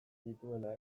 dituela